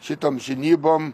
šitom žinybom